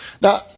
Now